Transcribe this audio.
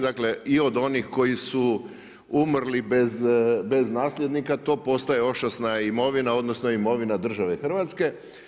Dakle i od onih koji su umrli bez nasljednika, to postaje ošasna imovina, odnosno imovina države Hrvatske.